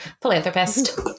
philanthropist